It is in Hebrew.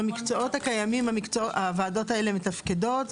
במקצועות הקיימים הוועדות האלה מתפקדות?